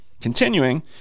Continuing